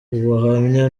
ubuhamya